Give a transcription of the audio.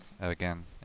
again